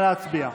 נא להצביע.